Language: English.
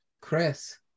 chris